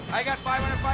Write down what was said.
i got